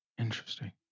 Interesting